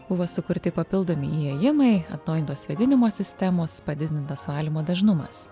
buvo sukurti papildomi įėjimai atnaujintos vėdinimo sistemos padidintas valymo dažnumas